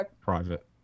private